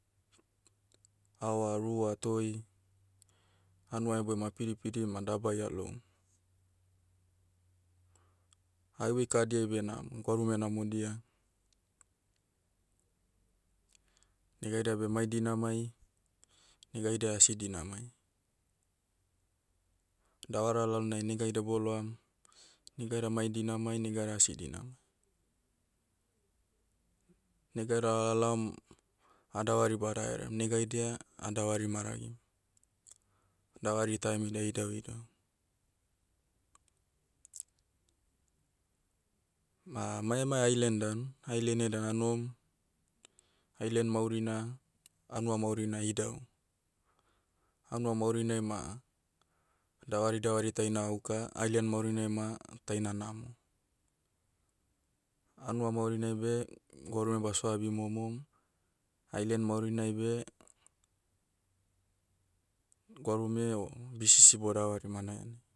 Aoa rua toi, hanua eboim apidipidim ma dabai aloum. Highway kahadiai beh namo. Gwarume namodia. Nega haidia beh mai dinamai, nega haidia asi dinamai. Davara lalnai negaida boloam, negaida mai dinamai negaida asi dinama. Negaida alaom, adavari bada heream nega haidia, adavari maragim. Davari taimidia idauidau. Ma, mai emai ailen dan, ailen ai dan anohom. Ailen maurina, hanua maurina idau. Hanua maurinai ma, davari davari taina auka, ailen maurinai ma, taina namo. Hanua maurinai beh, gwarume basio abi momom, ailen maurinai beh, gwarume o bisisi bodavarim hanai hanai.